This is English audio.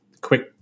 quick